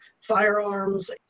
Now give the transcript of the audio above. firearms